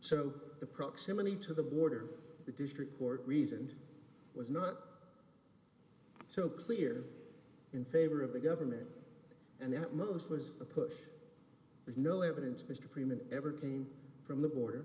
so the proximity to the border the district court reason was not so clear in favor of the government and that most was a push with no evidence mr freeman ever came from the border